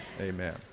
Amen